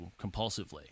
compulsively